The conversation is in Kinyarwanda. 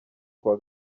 kuwa